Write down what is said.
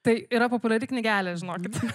tai yra populiari knygelė žinokit